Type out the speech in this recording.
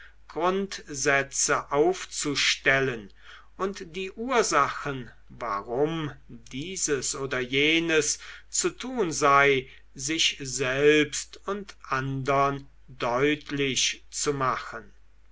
grundsätze aufzustellen und die ursachen warum dieses oder jenes zu tun sei sich selbst und andern deutlich zu machen